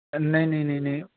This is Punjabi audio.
ਨਹੀਂ ਨਹੀਂ ਨਹੀਂ ਨਹੀਂ